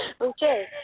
Okay